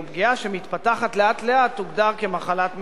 ופגיעה שמתפתחת לאט-לאט תוגדר מחלת מקצוע.